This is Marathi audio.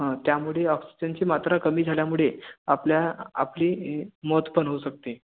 त्यामुळे ऑक्सिजनची मात्रा कमी झाल्यामुडळे आपल्या आपली मौत पण होऊ शकते